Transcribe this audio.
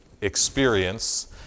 experience